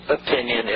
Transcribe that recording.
opinion